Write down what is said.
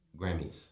Grammys